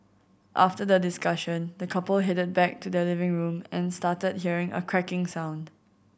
after the discussion the couple headed back to their living room and started hearing a cracking sound